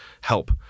help